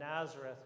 Nazareth